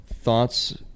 thoughts